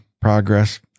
progress